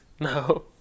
No